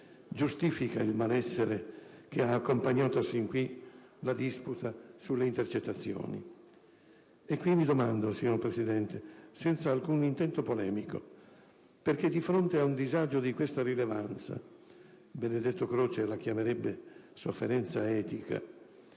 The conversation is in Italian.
giustifica il malessere che ha accompagnato sin qui la disputa sulle intercettazioni. Quindi domando, signor Presidente, senza alcun intento polemico, perché, di fronte a un disagio di tale rilevanza (Benedetto Croce la chiamerebbe sofferenza etica),